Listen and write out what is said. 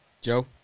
Joe